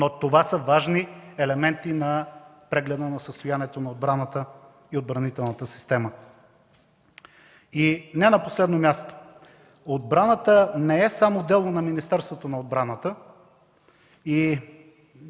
Но това са важни елементи на прегледа на състоянието на отбраната и отбранителната система. Не на последно място, отбраната не е само дело на Министерството на отбраната